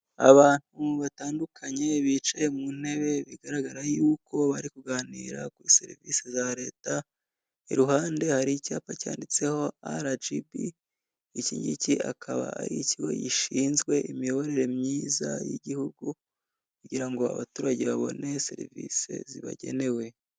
Abantu batandukanye bicaye mu ntebe bigaragara yuko bari kuganira kuri serivise za leta, iruhande hari icyapa yanditseho RGB, ikingiki akaba ari ikigo gishinzwe imiyoborere myiza y'igihugu kugira ngo abaturage babone serivise zibagenewe.